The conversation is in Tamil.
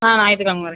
ஆம் ஞாயிற்றுகிழமை வரேன்